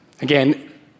Again